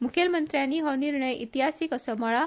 मुखेलमंत्र्यांनी हो निर्णय इतिहासीक असो म्हळां